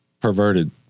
perverted